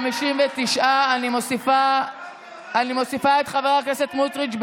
59. אני מוסיפה את חבר הכנסת סמוטריץ',